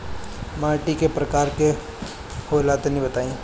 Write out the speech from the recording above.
माटी कै प्रकार के होला तनि बताई?